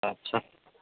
अच्छा